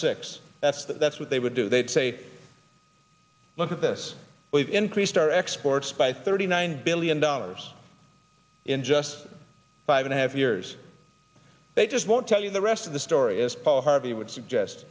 six that's that that's what they would do they'd say look at this we've increased our exports by thirty nine billion dollars in just five and a half years they just won't tell you the rest of the story as paul harvey would suggest